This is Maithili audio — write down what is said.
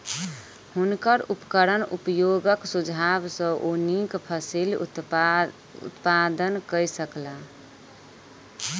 हुनकर उपकरण उपयोगक सुझाव सॅ ओ नीक फसिल उत्पादन कय सकला